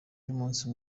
y’umunsi